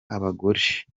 abagore